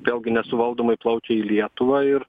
vėlgi nesuvaldomai plaukia į lietuvą ir